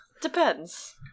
Depends